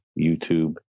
YouTube